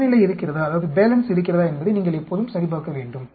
சமநிலை இருக்கிறதா என்பதை நீங்கள் எப்போதும் சரிபார்க்க வேண்டும்